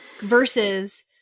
Versus